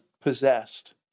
possessed